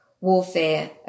warfare